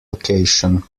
location